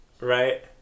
Right